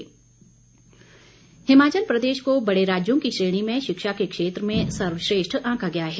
पुरस्कार हिमाचल प्रदेश को बड़े राज्यों की श्रेणी में शिक्षा के क्षेत्र में सर्वश्रेष्ठ आंका गया है